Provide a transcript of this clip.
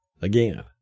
again